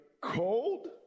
cold